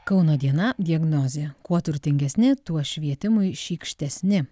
kauno diena diagnozė kuo turtingesni tuo švietimui šykštesni